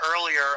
earlier